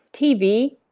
TV